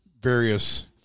various